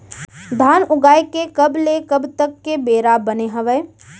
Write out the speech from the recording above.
धान उगाए के कब ले कब तक के बेरा बने हावय?